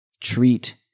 treat